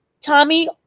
Tommy